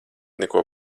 neko